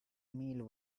meal